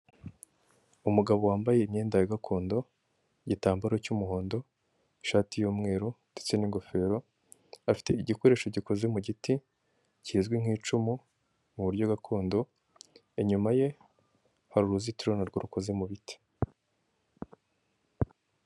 Umugabo wambaye imyenda ya gakondo igitambaro cy'muhondo, ishati yumweru ndetse n'ingofero, afite igikoresho giko mu giti kizwi nk'cumu mu buryo gakondo inyuma ye hari uruzitiro narwo rukoze mu biti.